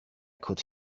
could